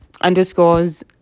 underscores